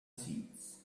seeds